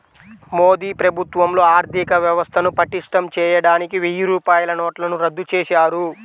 మోదీ ప్రభుత్వంలో ఆర్ధికవ్యవస్థను పటిష్టం చేయడానికి వెయ్యి రూపాయల నోట్లను రద్దు చేశారు